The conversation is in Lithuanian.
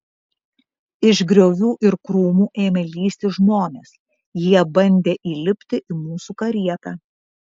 iš griovių ir krūmų ėmė lįsti žmonės jie bandė įlipti į mūsų karietą